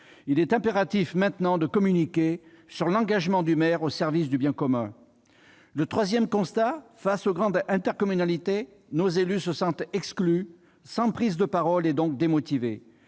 Il est impératif de communiquer sur cet engagement au service du bien commun. Troisième constat, face aux grandes intercommunalités, nos élus se sentent exclus, privés de parole, et donc démotivés.